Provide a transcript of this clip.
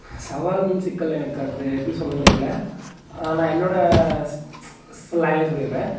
சவால் மீன்ஸ் சிக்கல் எனக்கு அது எப்படி சொல்லுறதுன்னு தெரியல ஆனால் என்னோட ஸ்லாங்கலே சொல்லிடுறேன்